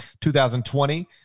2020